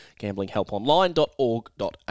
gamblinghelponline.org.au